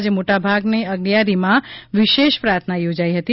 આજે મોટા ભાગના અગિયારીમાં વિશેષ પ્રાર્થના યોજાઇ હતી